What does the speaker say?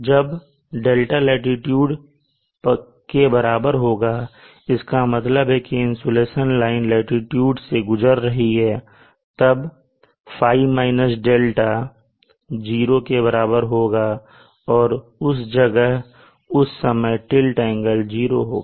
जब 𝛿 लाटीट्यूड के बराबर होगा जिसका मतलब है की इंसुलेशन लाइन लाटीट्यूड से गुजर रही है तब ϕ - 𝛿 0 के बराबर होगा और उस जगह उस समय टिल्ट एंगल 0 होगा